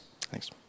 Thanks